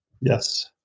Yes